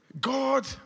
God